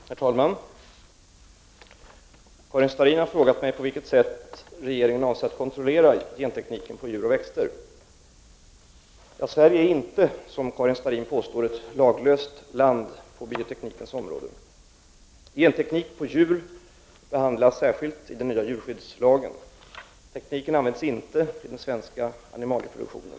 Herr talman! Karin Starrin har frågat mig på vilket sätt regeringen avser att kontrollera gentekniken på djur och växter. Sverige är inte som Karin Starrin påstår ett laglöst land på bioteknikens område. Genteknik på djur behandlas särskilt i den nya djurskyddslagen. Tekniken används inte i den svenska animalieproduktionen.